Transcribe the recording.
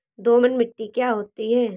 दोमट मिट्टी क्या होती हैं?